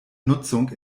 nutzung